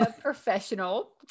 professional